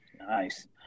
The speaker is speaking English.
Nice